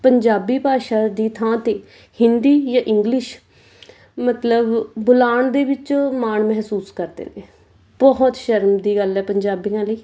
ਪੰਜਾਬੀ ਭਾਸ਼ਾ ਦੀ ਥਾਂ 'ਤੇ ਹਿੰਦੀ ਜਾਂ ਇੰਗਲਿਸ਼ ਮਤਲਬ ਬੁਲਾਉਣ ਦੇ ਵਿੱਚੋਂ ਮਾਣ ਮਹਿਸੂਸ ਕਰਦੇ ਨੇ ਬਹੁਤ ਸ਼ਰਮ ਦੀ ਗੱਲ ਹੈ ਪੰਜਾਬੀਆਂ ਲਈ